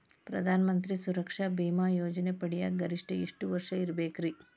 ಪ್ರಧಾನ ಮಂತ್ರಿ ಸುರಕ್ಷಾ ಭೇಮಾ ಯೋಜನೆ ಪಡಿಯಾಕ್ ಗರಿಷ್ಠ ಎಷ್ಟ ವರ್ಷ ಇರ್ಬೇಕ್ರಿ?